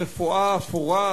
הרפואה האפורה,